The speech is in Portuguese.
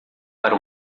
para